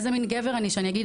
איזה מן גבר אני שאני אגיד,